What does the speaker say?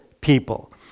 people